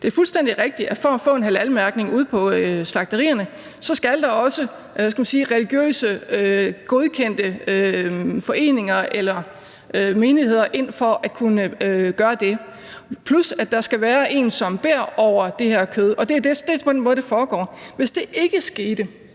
Det er fuldstændig rigtigt, at for at man kan få en halalmærkning ude på slagterierne, skal der også godkendte religiøse foreninger eller menigheder ind for at kunne gøre det, plus at der skal være en, som beder over det her kød, og det er simpelt hen den måde, det foregår på. Hvis vi bare tog